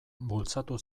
bultzatu